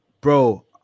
bro